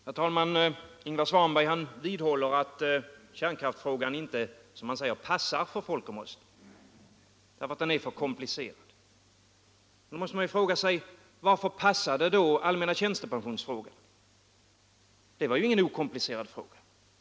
Herr talman! Ingvar Svanberg vidhåller att kärnkraftsfrågan inte passar för folkomröstning för den är för komplicerad. Då måste man fråga sig: Varför passade den allmänna tjänstepensionsfrågan för folkomröstning? Det var ju ingen okomplicerad fråga.